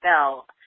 bell